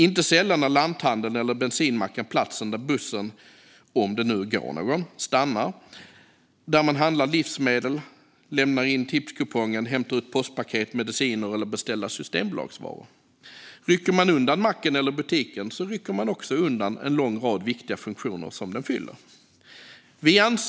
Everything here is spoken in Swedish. Inte sällan är lanthandeln eller bensinmacken platsen där bussen, om det går någon, stannar, där man handlar livsmedel, lämnar in tipskupongen och hämtar ut postpaket, mediciner och beställda systembolagsvaror. Rycks macken eller butiken undan rycks också en lång rad viktiga funktioner som den fyller undan.